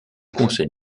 conseil